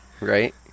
Right